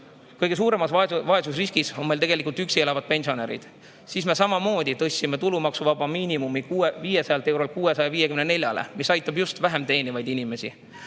Kõige suuremas vaesusriskis on üksi elavad pensionärid. Siis me samamoodi tõstsime tulumaksuvaba miinimumi 500 eurolt 654-le, mis aitab just vähem teenivaid inimesi.